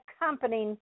Accompanying